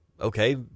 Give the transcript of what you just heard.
Okay